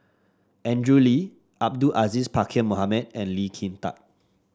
Andrew Lee Abdul Aziz Pakkeer Mohamed and Lee Kin Tat